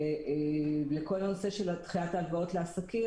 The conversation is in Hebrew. לכל הנושא של דחיית הלוואות לעסקים,